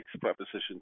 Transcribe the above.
Proposition